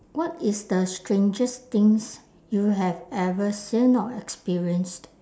what is the strangest things you have ever seen or experienced